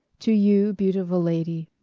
to. you. beaut-if-ul lady,